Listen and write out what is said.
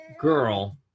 girl